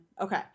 Okay